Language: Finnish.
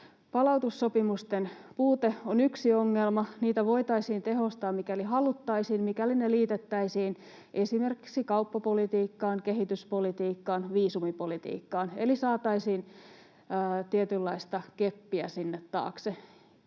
Palautussopimusten puute on yksi ongelma: Niitä voitaisiin tehostaa, mikäli haluttaisiin, mikäli ne liitettäisiin esimerkiksi kauppapolitiikkaan, kehityspolitiikkaan, viisumipolitiikkaan, eli saataisiin tietynlaista keppiä sinne taakse.